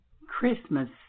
Christmas